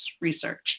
research